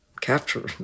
capture